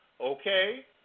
Okay